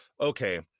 okay